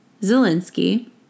Zelensky